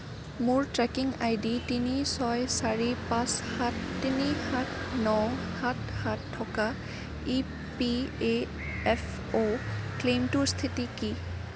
মোৰ tracking ID তিনি ছয় চাৰি পাঁচ সাত তিনি সাত ন সাত সাত থকা ই পি এ এফ অ' ক্লেইমটোৰ স্থিতি কি